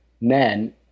men